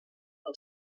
pel